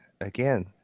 again